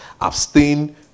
abstain